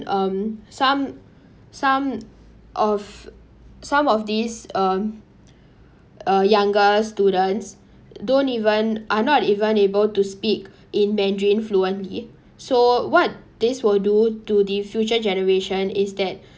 um some some of some of these um uh younger students don't even are not even able to speak in mandarin fluently so what this will do to the future generation is that